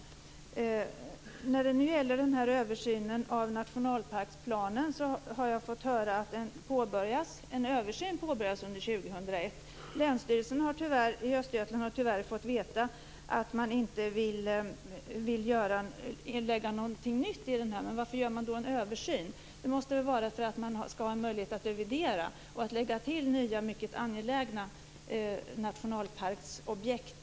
Jag har hört att man ska påbörja en översyn av nationalparksplanen under 2001. Länsstyrelsen i Östergötland har tyvärr fått veta att man inte vill lägga till något nytt område i planen, men varför gör man då en översyn? Det måste väl vara för att man ska kunna värdera och lägga till nya mycket angelägna nationalparksobjekt.